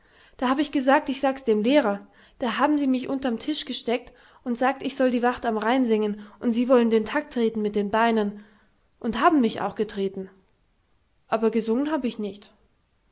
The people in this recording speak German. da hab ich gesagt ich sags dem lehrer da haben sie mich untern tisch gesteckt und gesagt ich soll die wacht am rhein singen und sie wollen den takt treten mit den beinen und haben mich auch getreten aber gesungen hab ich nicht